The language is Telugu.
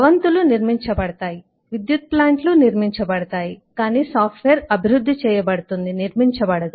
భవంతులు నిర్మించబడతాయి విద్యుత్ ప్లాంట్లు నిర్మించబడతాయి కానీ సాఫ్ట్వేర్ అభివృద్ధి చేయబడుతుంది నిర్మించబడదు